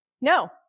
No